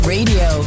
Radio